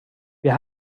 wir